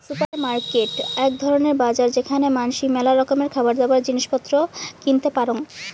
supermarket আক ধরণের বাজার যেখানে মানাসি মেলা রকমের খাবারদাবার, জিনিস পত্র কিনতে পারং